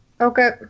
Okay